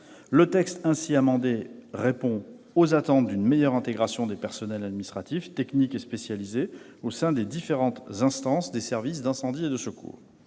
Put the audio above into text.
Le texte ainsi amendé répond aux attentes d'une meilleure intégration des personnels administratifs, techniques et spécialisés au sein des différentes instances des services d'incendie et de secours.